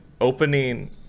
opening